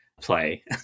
play